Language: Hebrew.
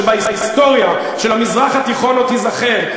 שבהיסטוריה של המזרח התיכון עוד ייזכר,